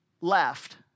left